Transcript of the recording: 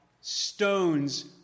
stones